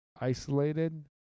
isolated